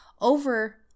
over